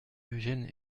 eugène